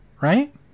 right